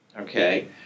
Okay